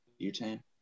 butane